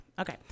Okay